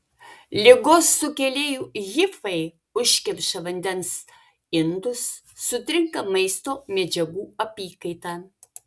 ligos sukėlėjų hifai užkemša vandens indus sutrinka maisto medžiagų apykaita